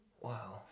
Wow